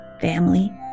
family